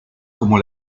como